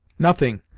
nothing,